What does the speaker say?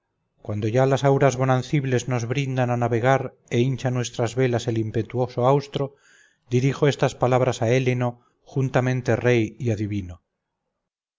cuando ya las auras bonancibles nos brindan a navegar e hincha nuestras velas el impetuoso austro dirijo estas palabras a héleno juntamente rey y adivino